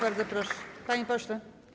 Bardzo proszę, panie pośle.